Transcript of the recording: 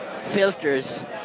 filters